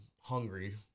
hungry